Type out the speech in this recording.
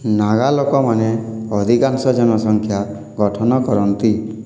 ନାଗା ଲୋକମାନେ ଅଧିକାଂଶ ଜନସଂଖ୍ୟା ଗଠନ କରନ୍ତି